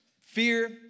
Fear